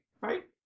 Right